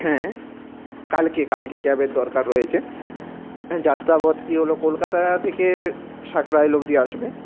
হ্যাঁ কালকে কালকে ক্যাবের দরকার রয়েছে যাত্রাপথটি হল কলকাতা থেকে সাঁকরাইল অব্দি আসবে